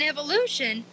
Evolution